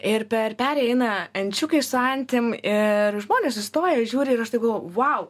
ir per perėją eina ančiukai su antim ir žmonės sustoję žiūri ir aš taip galvoju vau